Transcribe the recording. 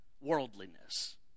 worldliness